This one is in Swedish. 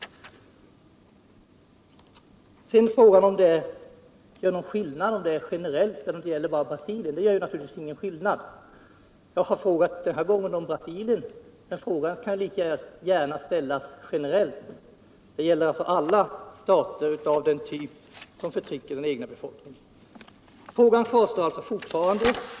Sedan till frågan, om detta gäller generellt, eller om det bara gäller Brasilien. Det gör naturligtvis ingen skillnad. Jag har den här gången frågat om Brasilien, men frågan kan lika gärna ställas generellt — det gäller alltså alla stater av den typ som förtrycker den egna befolkningen. Frågan kvarstår således fortfarande.